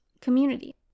community